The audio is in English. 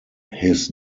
his